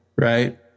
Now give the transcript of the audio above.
right